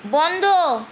বন্ধ